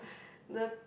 the